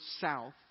south